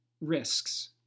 risks